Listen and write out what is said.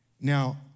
Now